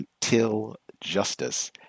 Untiljustice